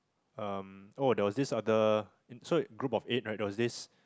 um oh there was this other oh so group of eight right there was this